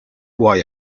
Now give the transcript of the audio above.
why